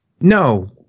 No